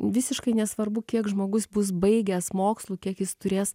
visiškai nesvarbu kiek žmogus bus baigęs mokslų kiek jis turės